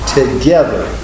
together